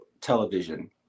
television